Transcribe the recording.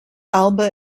alba